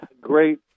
great